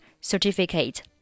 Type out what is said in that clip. Certificate